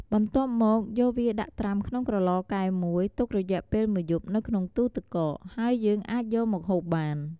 បន្ទាប់មកយកវាដាក់ត្រាំក្នុងក្រឡកែវមួយ ទុករយៈពេលមួយយប់នៅក្នុងទូរទឹកកក ហើយយើងអាចយកមកហូបបាន។